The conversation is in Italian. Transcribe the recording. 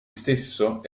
stesso